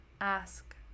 ask